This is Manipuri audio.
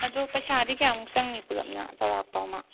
ꯑꯗꯣ ꯄꯩꯁꯥꯗꯤ ꯀꯌꯥꯃꯨꯛ ꯆꯪꯅꯤ ꯄꯨꯂꯞꯅ ꯆꯧꯔꯥꯛꯄ ꯑꯃ